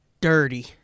Dirty